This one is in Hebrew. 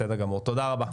תודה רבה.